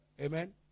Amen